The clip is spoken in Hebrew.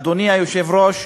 אדוני היושב-ראש,